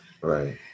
Right